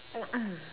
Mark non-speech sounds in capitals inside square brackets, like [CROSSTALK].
[COUGHS]